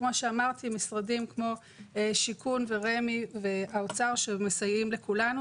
וכמו שאמרתי משרדים כמו שיכון ורמ"י והאוצר שמסייעים לכולנו,